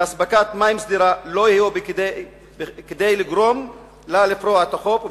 מאספקת מים סדירה לא יהא בו כדי לגרום לה לפרוע את החוב,